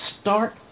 Start